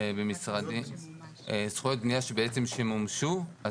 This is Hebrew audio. זכויות בנייה בעצם שמומשו,